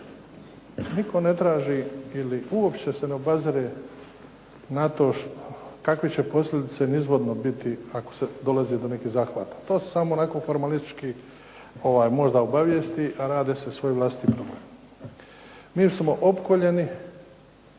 Nitko ne traži ili uopće se ne obazire na to kakve će posljedice nizvodno biti ako se dolazi do nekih zahvata. To su samo onako formalistički možda obavijesti a rade se svoji vlastiti … /Govornik